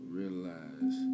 realize